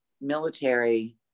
military